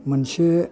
मोनसे